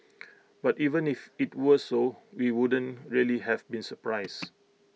but even if IT was so we wouldn't really have been surprised